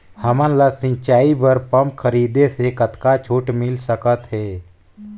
हमन ला सिंचाई बर पंप खरीदे से कतका छूट मिल सकत हे?